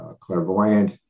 clairvoyant